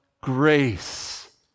grace